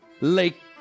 lake